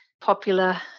popular